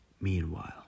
Meanwhile